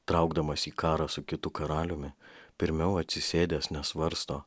traukdamas į karą su kitu karaliumi pirmiau atsisėdęs nesvarsto